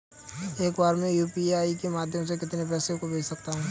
एक बार में यू.पी.आई के माध्यम से कितने पैसे को भेज सकते हैं?